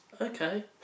Okay